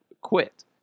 quit